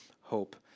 hope